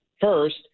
first